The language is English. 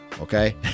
okay